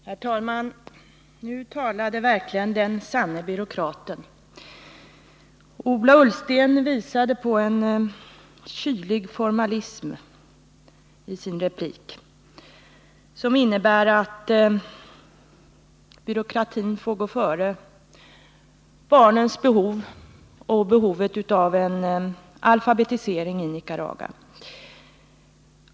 Herr talman! Nu talade verkligen den sanne byråkraten. Ola Ullsten visade i sin replik en kylig formalism som innebär att byråkratin får gå före barnens behov och behovet av en alfabetisering i Nicaragua.